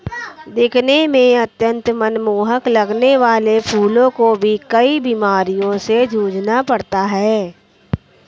दिखने में अत्यंत मनमोहक लगने वाले फूलों को भी कई बीमारियों से जूझना पड़ता है